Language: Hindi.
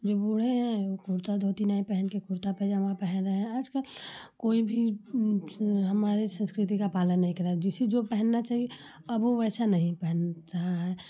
जो बूढ़े हैं वह कुर्ता धोती नहीं पहनकर कुर्ता पैजामा पहन रहे हैं आजकल कोई भी हमारी सँस्कृति का पालन नहीं कर रहा है जिसे जो पहनना चाहिए अब वह वैसा नहीं पहनता है